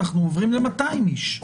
אנחנו עוברים ל-200 איש.